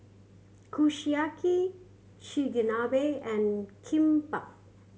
Kushiyaki Chigenabe and Kimbap